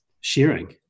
sharing